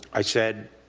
i said